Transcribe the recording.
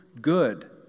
good